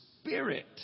spirit